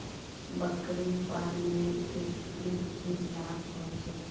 बकरी पालने से की की लाभ होचे?